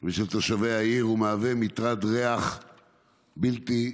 ושל תושבי העיר ומהווה מטרד ריח בלתי נסבל.